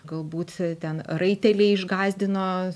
galbūt ten raiteliai išgąsdino